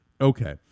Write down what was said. Okay